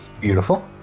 Beautiful